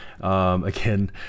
Again